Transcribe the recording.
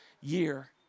year